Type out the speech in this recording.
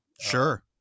sure